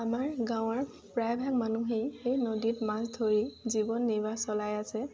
আমাৰ গাঁৱৰ প্ৰায়ভাগ মানুহেই সেই নদীত মাছ ধৰি জীৱন নিৰ্বাহ চলাই আছে